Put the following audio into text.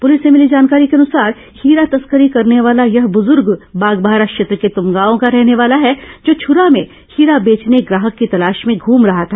प्रलिस से मिली जानकारी के अनुसार हीरा तस्करी करने वाला यह ब्रजुर्ग बागबाहरा क्षेत्र के तुमगांव का रहने वाला है जो छरा में हीरा बेचने ग्राहक की तलाश में घूम रहा था